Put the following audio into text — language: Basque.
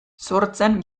sortzen